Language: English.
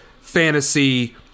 fantasy